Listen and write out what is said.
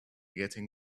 getting